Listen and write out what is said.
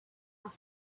off